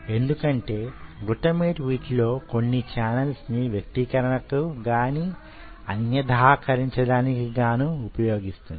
ఎందుకంటే గ్లూటమేట్ వీటిలోని కొన్ని ఛానల్స్ ని వ్యక్తీకరణకు గాని అన్యధాకరించడానికి గాని ఉపయోగిస్తుంది